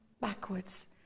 backwards